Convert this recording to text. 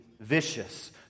vicious